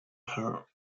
her